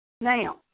Now